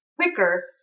quicker